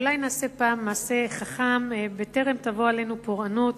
אולי נעשה פעם מעשה חכם בטרם תבוא עלינו פורענות